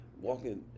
walking